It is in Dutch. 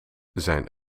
zijn